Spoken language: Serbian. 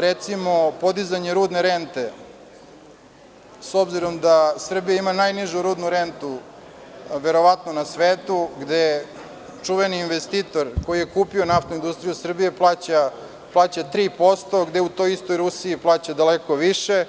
Recimo, podizanje rudne rente, s obzirom da Srbija verovatno ima najnižu rudnu rentu na svetu, gde čuveni investitor koji je kupio NIS plaća 3%, gde u toj istoj Rusiji plaća daleko više,